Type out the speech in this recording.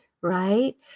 right